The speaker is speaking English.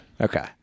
Okay